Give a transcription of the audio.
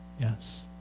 Yes